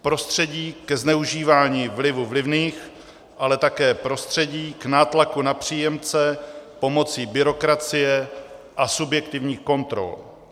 Prostředí ke zneužívání vlivu vlivných, ale také prostředí k nátlaku na příjemce pomocí byrokracie a subjektivních kontrol.